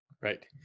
Right